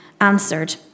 answered